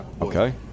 Okay